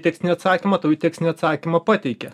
tekstinį atsakymą tau į tekstinį atsakymą pateikia